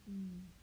hmm